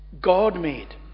God-made